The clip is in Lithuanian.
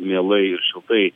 mielai ir šiltai